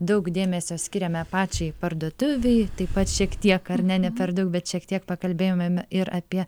daug dėmesio skiriame pačiai parduotuvei taip pat šiek tiek ar ne ne per daug bet šiek tiek pakalbėjomeme ir apie